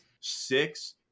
six